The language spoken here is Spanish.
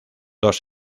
dos